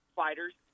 fighters